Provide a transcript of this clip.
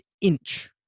inch